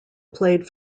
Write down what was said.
played